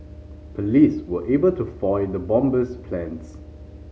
police were able to foil the bomber's plans